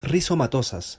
rizomatosas